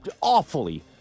awfully